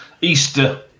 Easter